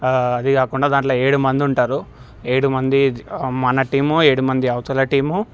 అది కాకుండా దాంట్ల ఏడు మంది ఉంటారు ఏడు మంది మన టీమ్ ఏడు మంది అవతల టీము